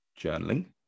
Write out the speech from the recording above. journaling